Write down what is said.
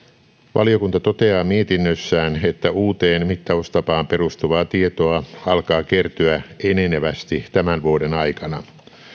valiokunta toteaa mietinnössään että uuteen mittaustapaan perustuvaa tietoa alkaa kertyä enenevästi tämän vuoden aikana